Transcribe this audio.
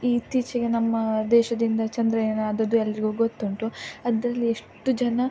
ಇತ್ತೀಚೆಗೆ ನಮ್ಮ ದೇಶದಿಂದ ಚಂದ್ರಯಾನ ಆದದ್ದು ಎಲ್ಲರಿಗೂ ಗೊತ್ತುಂಟು ಅದರಲ್ಲಿ ಎಷ್ಟು ಜನ